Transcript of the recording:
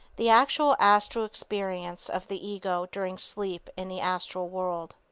the actual astral experience of the ego during sleep in the astral world.